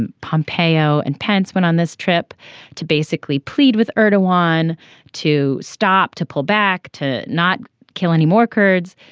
and pompeo and pence went on this trip to basically plead with irda one to stop to pull back to not kill any more kurds.